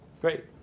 Great